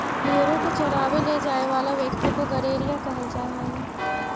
भेंड़ों को चरावे ले जाए वाला व्यक्ति को गड़ेरिया कहल जा हई